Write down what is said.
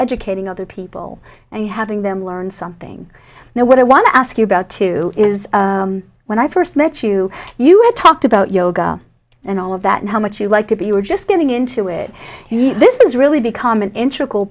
educating other people and having them learn something now what i want to ask you about too is when i first met you you had talked about yoga and all of that and how much you like to be you were just getting into it this is really become an int